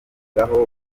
kwitabwaho